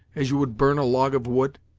as you would burn a log of wood!